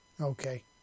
Okay